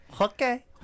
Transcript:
Okay